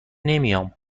نمیام